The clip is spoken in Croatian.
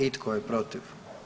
I tko je protiv?